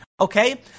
Okay